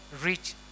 reach